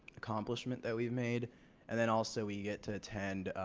accomplishment that we've made and then also we get to attend